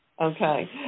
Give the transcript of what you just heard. Okay